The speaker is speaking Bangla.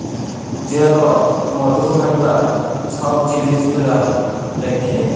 যে লক মধু হ্যবার ছব জিলিস গুলাল দ্যাখে